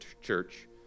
church